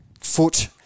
foot